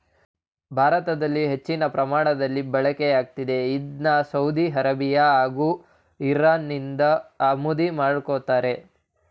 ಭಾರತದಲ್ಲಿ ಹೆಚ್ಚಿನ ಪ್ರಮಾಣದಲ್ಲಿ ಬಳಕೆಯಿದೆ ಇದ್ನ ಸೌದಿ ಅರೇಬಿಯಾ ಹಾಗೂ ಇರಾನ್ನಿಂದ ಆಮದು ಮಾಡ್ಕೋತಾರೆ